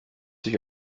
sich